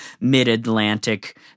mid-atlantic